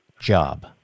job